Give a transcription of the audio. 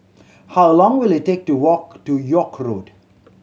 how long will it take to walk to York Road